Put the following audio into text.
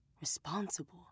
responsible